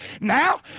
Now